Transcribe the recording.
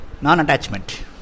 non-attachment